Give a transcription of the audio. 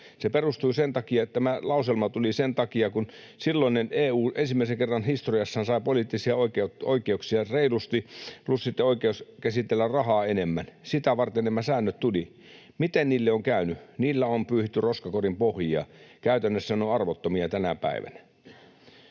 takuita anneta, niin tämä lauselma tuli sen takia, kun silloinen EU ensimmäisen kerran historiassaan sai reilusti poliittisia oikeuksia plus sitten oikeuden käsitellä rahaa enemmän. Sitä varten nämä säännöt tulivat. Miten niille on käynyt? Niillä on pyyhitty roskakorin pohjia — käytännössä ne ovat arvottomia tänä päivänä.